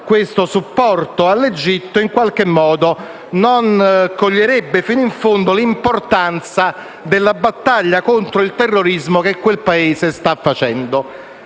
questo supporto all'Egitto, non coglierebbe fino in fondo l'importanza della battaglia contro il terrorismo che quel Paese sta facendo.